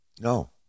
No